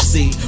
See